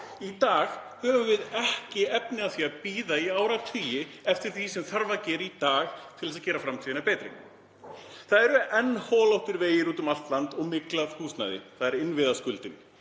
Í dag höfum við ekki efni á að bíða í áratugi eftir því sem þarf að gera í dag til þess að gera framtíðina betri. Enn eru holóttir vegir úti um allt land og myglað húsnæði. Það er innviðaskuldin.